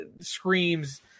screams